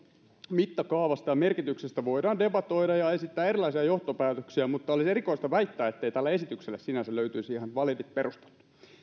mittakaavasta ja merkityksestä voidaan debatoida ja esittää erilaisia johtopäätöksiä mutta olisi erikoista väittää ettei tälle esitykselle sinänsä löytyisi ihan validit perustelut